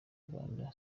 rwanda